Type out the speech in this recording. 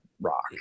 rock